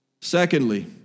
Secondly